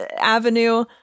avenue